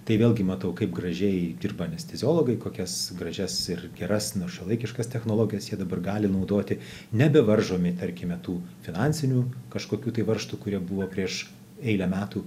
tai vėlgi matau kaip gražiai dirba anesteziologai kokias gražias ir geras šiuolaikiškas technologijas jie dabar gali naudoti nebevaržomi tarkime tų finansinių kažkokių tai varžtų kurie buvo prieš eilę metų